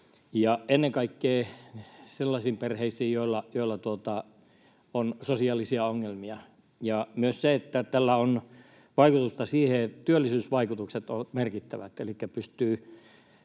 ja ennen kaikkea sellaisiin perheisiin, joilla on sosiaalisia ongelmia. Ja myös työllisyysvaikutukset ovat merkittävät,